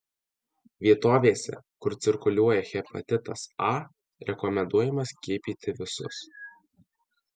vietovėse kur cirkuliuoja hepatitas a rekomenduojama skiepyti visus